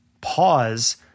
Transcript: Pause